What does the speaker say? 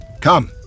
Come